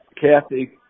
Kathy